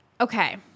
Okay